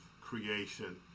creation